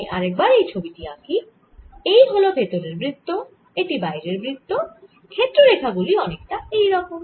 আমি আরেকবার এই ছবি টি আঁকি এই হল ভেতরের বৃত্ত এটি বাইরের বৃত্ত ক্ষেত্র রেখা গুলি অনেকটা এই রকম